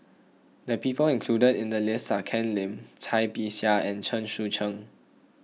the people included in the list are Ken Lim Cai Bixia and Chen Sucheng